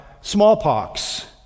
smallpox